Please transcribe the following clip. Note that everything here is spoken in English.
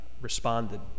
responded